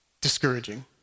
discouraging